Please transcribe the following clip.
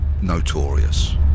notorious